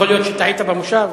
יכול להיות שטעית במושב.